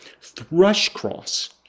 Thrushcross